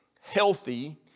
healthy